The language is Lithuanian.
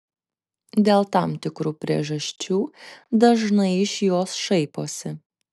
dėl tam tikrų priežasčių dažnai iš jos šaiposi